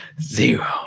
Zero